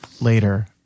later